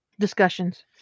discussions